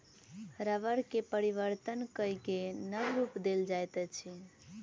रबड़ के परिवर्तन कय के नब रूप देल जाइत अछि